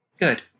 Good